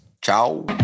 Ciao